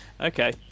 Okay